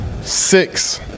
six